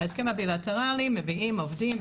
ההסכם הבילטרלי מביא עובדים,